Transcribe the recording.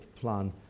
plan